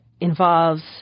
involves